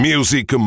Music